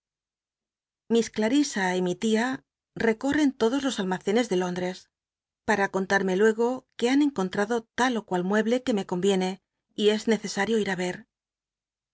y mi lía reconen lodos íos almaccnes de lóndres para contarme luego que han encontrado tnl ó cual mueble que me comiene y es ncceaio ir á re